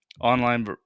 online